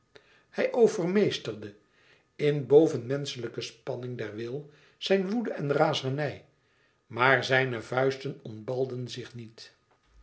hij overmeesterde in bovenmenschelijke spanning der wil zijn woede en razernij maar zijne vuisten ontbalden zich niet